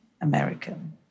American